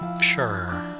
Sure